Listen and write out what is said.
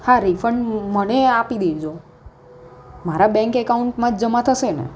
હા રિફંડ મને આપી દેજો મારા બેન્ક એકાઉન્ટમાં જ જમા થશેને